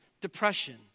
depression